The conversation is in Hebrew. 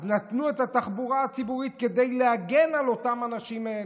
אז נתנו את התחבורה הציבורית כדי להגן על האנשים האלה,